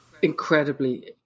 incredibly